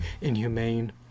inhumane